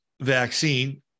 vaccine